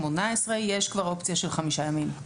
יש כבר אופציה של חמישה ימים.